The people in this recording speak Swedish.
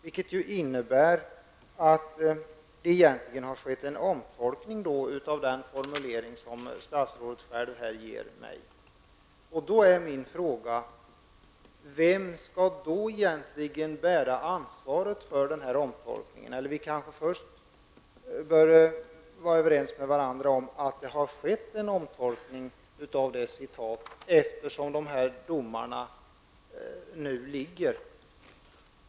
Det innebär att det egentligen har skett en omtolkning av den formulering som statsrådet själv ger mig här. Vem skall då egentligen bära ansvaret för omtolkningen? Vi kanske först bör vara överens med varandra om att det har skett en omtolkning av citatet, eftersom domarna nu finns.